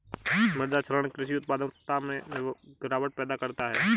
मृदा क्षरण कृषि उत्पादकता में गिरावट पैदा करता है